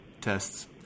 tests